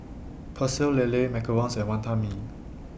Pecel Lele Macarons and Wantan Mee